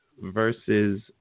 versus